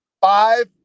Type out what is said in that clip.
five